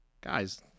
guys